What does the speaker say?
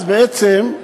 אז בעצם,